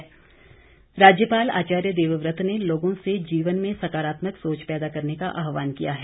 राज्यपाल राज्यपाल आचार्य देवव्रत ने लोगों से जीवन में सकारात्मक सोच पैदा करने का आहवान किया है